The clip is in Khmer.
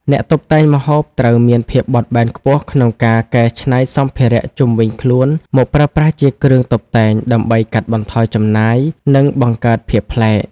អ្នកតុបតែងម្ហូបត្រូវមានភាពបត់បែនខ្ពស់ក្នុងការកែច្នៃសម្ភារៈជុំវិញខ្លួនមកប្រើប្រាស់ជាគ្រឿងតុបតែង ដើម្បីកាត់បន្ថយចំណាយ និងបង្កើតភាពប្លែក។